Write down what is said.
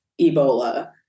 Ebola